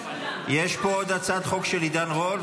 יש פה עוד הצעת חוק של עידן רול,